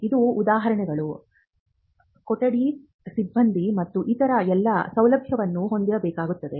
ಇದು ಉಪಕರಣಗಳು ಕೊಠಡಿ ಸಿಬ್ಬಂದಿ ಮತ್ತು ಇತರ ಎಲ್ಲ ಸೌಲಭ್ಯವನ್ನು ಹೊಂದಿರಬೇಕಾಗುತ್ತದೆ